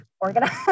organized